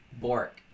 Bork